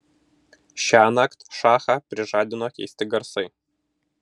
šiąnakt šachą prižadino keisti garsai